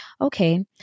Okay